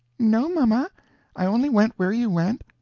no, mamma i only went where you went.